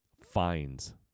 fines